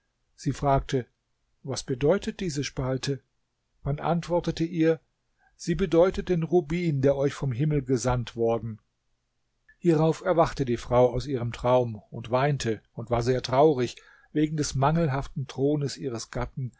sie fragte was bedeutet diese spalte man antwortete ihr sie bedeutet den rubin der euch vom himmel gesandt worden hierauf erwachte die frau aus ihrem traum und weinte und war sehr traurig wegen des mangelhaften thrones ihres gatten